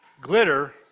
Glitter